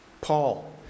Paul